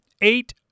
Eight